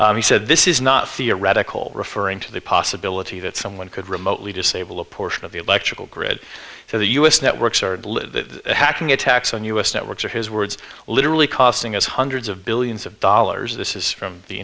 he said this is not theoretical referring to the possibility that someone could remotely disable a portion of the electrical grid for the u s networks are hacking attacks on u s networks are his words literally costing us hundreds of billions of dollars this is from the